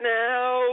now